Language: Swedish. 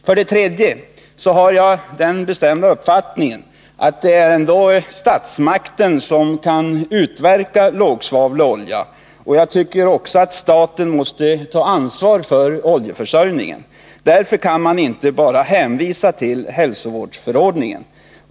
För det tredje har jag den uppfattningen att det är statsmakten som kan utverka lågsvavlig olja. Och jag tycker också att staten måste ta ansvar för oljeförsörjningen. Därför kan man inte bara hänvisa till hälsovårdsförordningen.